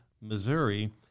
Missouri